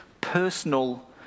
personal